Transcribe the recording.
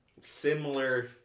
similar